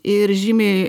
ir žymiai